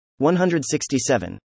167